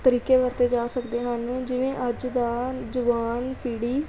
ਤਰੀਕੇ ਵਰਤੇ ਜਾ ਸਕਦੇ ਹਨ ਜਿਵੇਂ ਅੱਜ ਦਾ ਜਵਾਨ ਪੀੜ੍ਹੀ